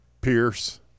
Pierce